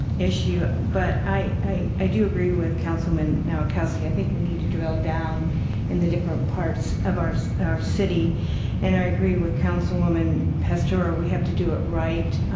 issue, but i do agree with councilman nowakowski. think we need to drill down in the different parts of our so our city and i agree with councilwoman pastor. we have to do it right.